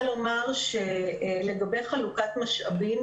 לגבי חלוקת משאבים.